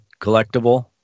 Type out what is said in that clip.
collectible